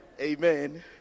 Amen